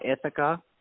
Ithaca